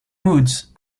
woods